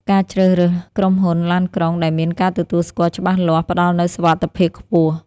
ការជ្រើសរើសក្រុមហ៊ុនឡានក្រុងដែលមានការទទួលស្គាល់ច្បាស់លាស់ ផ្តល់នូវសុវត្ថិភាពខ្ពស់។